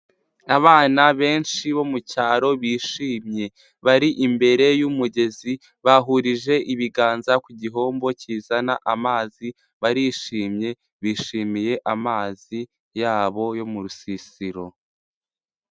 Abana benshi bo mu cyaro bishimye, bari imbere y'umugezi bahurije ibiganza ku gihombo kizana amazi, barishimye bishimiye amazi yabo yo mu rusisiro.